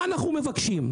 מה אנחנו מבקשים?